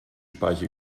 speiche